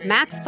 Max